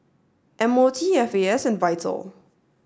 M O T F A S and VITAL